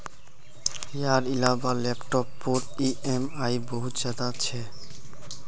यार इलाबा लैपटॉप पोत ई ऍम आई बहुत ज्यादा छे